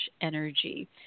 energy